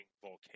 volcano